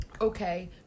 okay